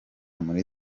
muri